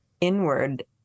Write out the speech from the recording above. inward